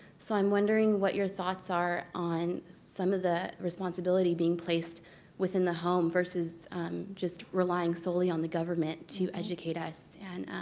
so i'm wondering what your thoughts are on some of the responsibility being placed within the home versus just relying solely on the government to educate us. and